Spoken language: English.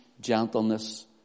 gentleness